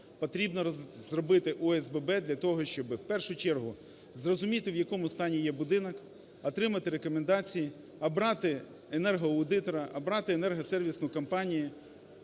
потрібно зробити ОСББ для того, щоб в першу чергу зрозуміти, в якому стані є будинок, отримати рекомендації, обратиенергосервісну компанію,